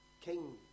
King